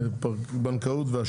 אני פותח את הישיבה בנושא: פרק ז' (בנקאות ואשראי),